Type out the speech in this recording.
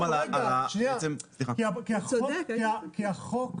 כי החוק,